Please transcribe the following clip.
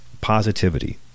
positivity